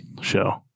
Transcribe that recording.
show